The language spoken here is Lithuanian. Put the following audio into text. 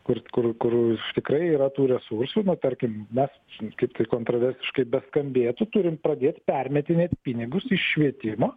kur kur kur tikrai yra tų resursų na tarkim mes kaip tai kontroversiškai beskambėtų turim pradėt permetinėt pinigus iš švietimo